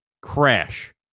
crash